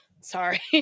sorry